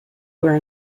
were